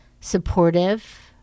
supportive